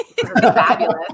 Fabulous